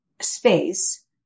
space